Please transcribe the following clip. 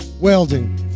welding